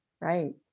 right